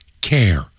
care